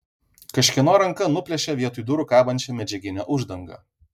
kažkieno ranka nuplėšė vietoj durų kabančią medžiaginę uždangą